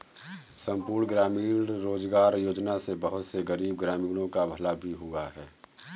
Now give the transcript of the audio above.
संपूर्ण ग्रामीण रोजगार योजना से बहुत से गरीब ग्रामीणों का भला भी हुआ है